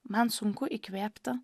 man sunku įkvėpti